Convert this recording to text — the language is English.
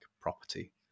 property